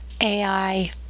AI